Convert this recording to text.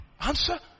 Answer